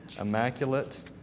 immaculate